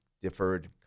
deferred